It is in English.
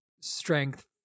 strength